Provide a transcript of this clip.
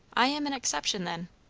i am an exception, then.